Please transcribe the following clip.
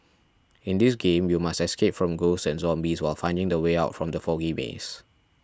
in this game you must escape from ghosts and zombies while finding the way out from the foggy maze